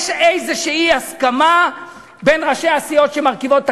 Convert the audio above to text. יש איזושהי הסכמה בין ראשי הסיעות שמרכיבות את